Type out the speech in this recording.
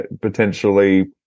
potentially